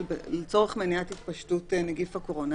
לצורך מניעת התפשטות של נגיף הקורונה.